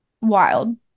wild